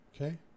okay